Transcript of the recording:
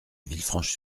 villefranche